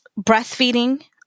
breastfeeding